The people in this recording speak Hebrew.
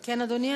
אדוני,